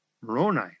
Moroni